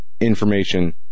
information